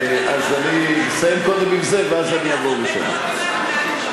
בסדר, אז אני אתן לך, אין בעיה.